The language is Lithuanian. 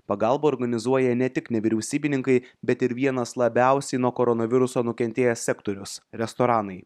pagalbą organizuoja ne tik nevyriausybininkai bet ir vienas labiausiai nuo koronaviruso nukentėjęs sektorius restoranai